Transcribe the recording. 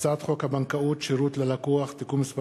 הצעת חוק הבנקאות (שירות ללקוח) (תיקון מס'